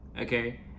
Okay